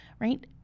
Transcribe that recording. right